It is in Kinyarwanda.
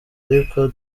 ariko